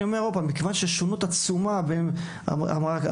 מכיוון שהשונות עצומה אמרה,